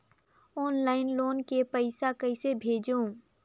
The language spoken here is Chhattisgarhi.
ऑनलाइन लोन के पईसा कइसे भेजों?